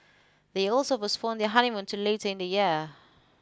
they also postponed their honeymoon to late in the year